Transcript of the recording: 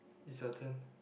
it's your turn